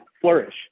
flourish